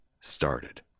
started